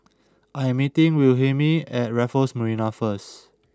I am meeting Wilhelmine at Raffles Marina first